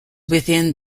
within